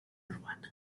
urbana